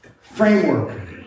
framework